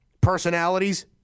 Personalities